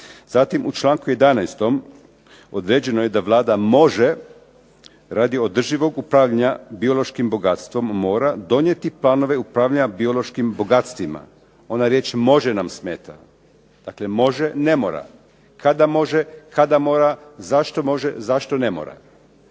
Zatim u članku 11. određeno je da Vlada može radi održivog upravljanja biološkim bogatstvom mora donijeti planove upravljanja biološkim bogatstvima, ona riječ može nam smeta, dakle može ne mora, kada može, kada mora, zašto može, zašto ne mora.